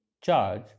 charge